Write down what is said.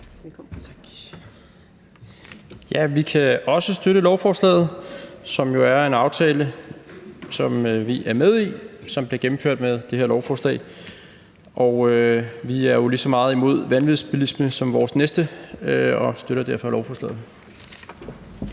Jarlov (KF): Vi kan også støtte lovforslaget, som jo er en aftale, som vi er med i, og som bliver gennemført med det her lovforslag. Vi er jo lige så meget imod vanvidsbilisme som vores næste og støtter derfor lovforslaget.